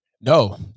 No